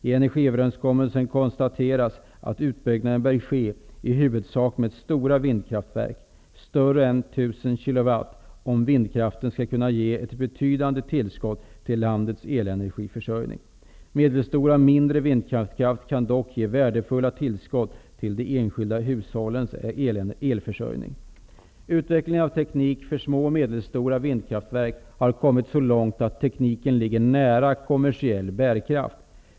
I energiöverenskommelsen konstateras att utbyggnaden bör ske i huvudsak med stora vindkraftverk om vindkraften skall kunna ge ett betydande tillskott till landets elenergiförsörjning. Medelstora och mindre vindkraftverk kan dock ge värdefulla tillskott till de enskilda hushållens elförsörjning. Utvecklingen av teknik för små och medelstora vindkraftverk har kommit så långt att tekniken ligger nära kommersiell bärkraft.